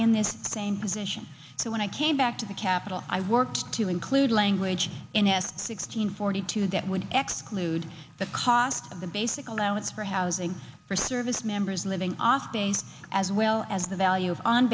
in this same position to when i came back to the capital i worked to include language in as sixteen forty two that would exclude the cost of the basic allowance for housing for service members living off base as well as the value on